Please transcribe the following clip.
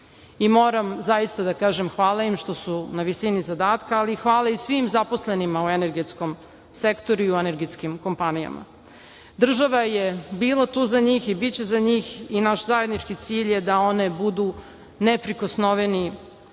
i moram zaista da kažem - hvala im što su na visini zadatka, ali hvala i svim zaposlenima u energetskom sektoru i energetskim kompanijama. Država je bila tu za njih i biće za njih i naš zajednički cilj je da one budu neprikosnoveni